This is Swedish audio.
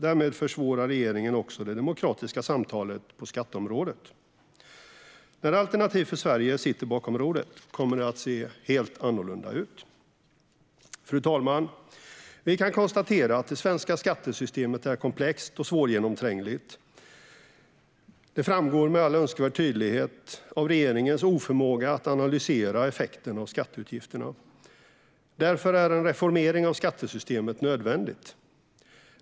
Därmed försvårar regeringen också det demokratiska samtalet på skatteområdet. När Alternativ för Sverige sitter vid rodret kommer det att se helt annorlunda ut. Fru talman! Vi kan konstatera att det svenska skattesystemet är komplext och svårgenomträngligt. Det framgår med all önskvärd tydlighet av regeringens oförmåga att analysera effekten av skatteutgifterna. Därför är en reformering av skattesystemet nödvändig.